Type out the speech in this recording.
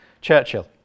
Churchill